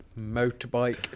motorbike